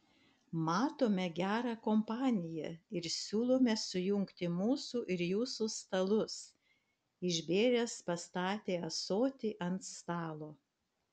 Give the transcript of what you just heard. matome gerą kompaniją ir siūlome sujungti mūsų ir jūsų stalus išbėręs pastatė ąsotį ant stalo